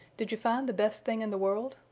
did you find the best thing in the world?